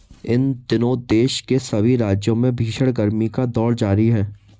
इन दिनों देश के सभी राज्यों में भीषण गर्मी का दौर जारी है